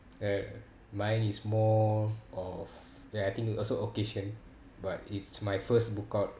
ya mine is more of ya I think it also occasion but it's my first bookout